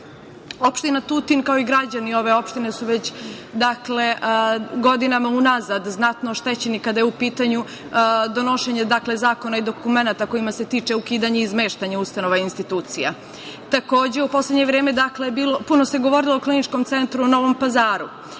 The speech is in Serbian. zaštite. Opština Tutin, kao i građani ove opštine, su već godinama unazad znatno oštećeni kada je u pitanju donošenje zakona i dokumenata kojima se tiče ukidanje i izmeštanje ustanova i institucija. Takođe, u poslednje vreme puno se govorilo o Kliničkom centru u Novom Pazaru,